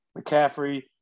McCaffrey